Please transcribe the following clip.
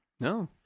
No